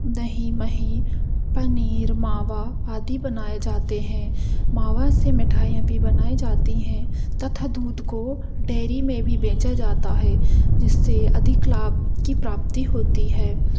दही महीं पनीर मावा आदि बनाए जाते हैं मावा से मिठाइयाँ भी बनाई जाती हैं तथा दूध को डेरी में भी बेचा जाता है जिससे अधिक लाभ की प्राप्ति होती है